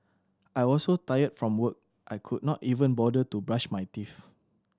I was so tired from work I could not even bother to brush my teeth